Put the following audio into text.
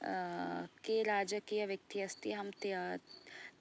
के राजकीयव्यक्ति अस्ति अहं